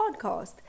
podcast